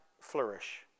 flourish